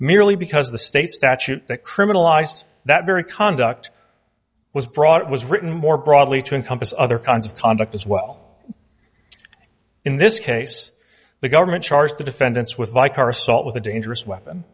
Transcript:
merely because the state statute that criminalized that very conduct was broad it was written more broadly to encompass other kinds of conduct as well in this case the government charged the defendants with my car assault with a dangerous weapon